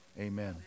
Amen